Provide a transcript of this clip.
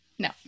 No